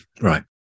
Right